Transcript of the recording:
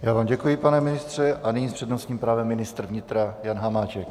Já vám děkuji, pane ministře, a nyní s přednostním právem ministr vnitra Jan Hamáček.